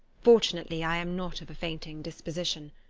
fortunately i am not of a fainting disposition.